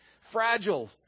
Fragile